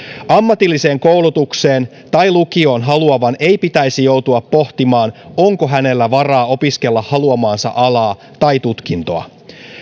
ammatilliseen koulutukseen tai lukioon haluavan ei pitäisi joutua pohtimaan onko hänellä varaa opiskella haluamaansa alaa tai tutkintoa